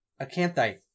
Acanthite